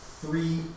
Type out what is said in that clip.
Three